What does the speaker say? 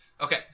Okay